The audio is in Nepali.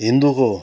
हिन्दूको